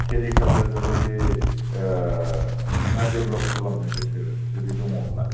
सेरिकालचारखौ जुदि नोंथाङा देभलप खालामनो गोसो जुदि दङब्ला